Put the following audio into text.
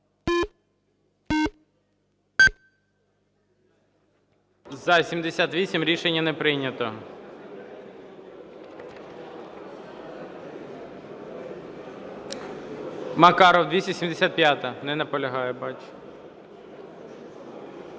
За-78 Рішення не прийнято. Макаров 275-а. Не наполягає. Бачу.